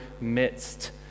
midst